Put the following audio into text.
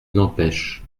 n’empêche